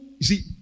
see